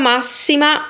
Massima